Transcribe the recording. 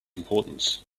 importance